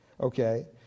okay